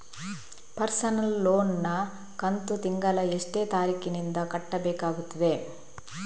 Personal loan ನ ಕಂತು ತಿಂಗಳ ಎಷ್ಟೇ ತಾರೀಕಿನಂದು ಕಟ್ಟಬೇಕಾಗುತ್ತದೆ?